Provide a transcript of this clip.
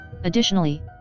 Additionally